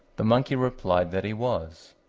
the monkey replied that he was,